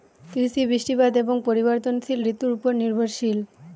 কৃষি বৃষ্টিপাত এবং পরিবর্তনশীল ঋতুর উপর নির্ভরশীল